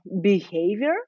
behavior